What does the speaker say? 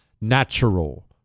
Natural